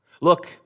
Look